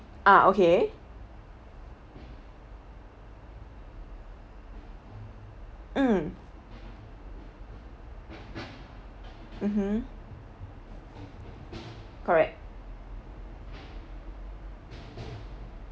ah okay mm mmhmm correct